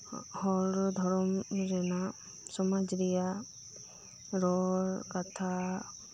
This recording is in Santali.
ᱦᱚᱲ ᱫᱷᱚᱨᱚᱢ ᱨᱮᱱᱟᱜ ᱥᱚᱢᱟᱡ ᱨᱮᱭᱟᱜ ᱨᱚᱲ ᱠᱟᱛᱷᱟ